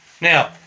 now